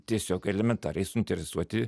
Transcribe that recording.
tiesiog elementariai suinteresuoti